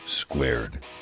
Squared